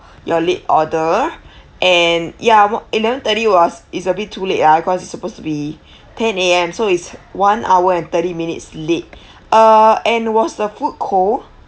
your late order and ya mo~ eleven thirty was is a bit too late ah cause it's supposed to be ten A_M so it's one hour and thirty minutes late uh and was the food cold